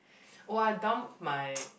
oh I dumped my